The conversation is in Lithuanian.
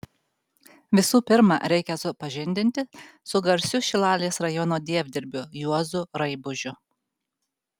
visų pirma reikia supažindinti su garsiu šilalės rajono dievdirbiu juozu raibužiu